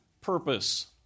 purpose